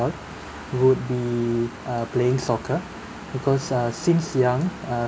would be uh playing soccer because uh since young uh